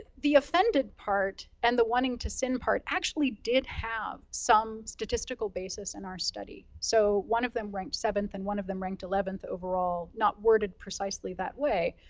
the offended part, and the wanting to sin part actually did have some statistical basis in our study. so one of them ranked seventh and one of them ranked eleventh overall, not worded precisely that way.